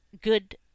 good